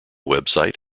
website